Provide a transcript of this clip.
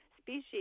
species